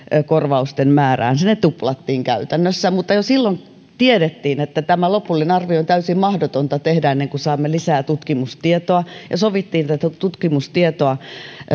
korvausten määrään se tuplattiin käytännössä niin silloin jo tiedettiin että tämä lopullinen arvio on täysin mahdotonta tehdä ennen kuin saamme lisää tutkimustietoa ja sovittiin että tätä tutkimustietoa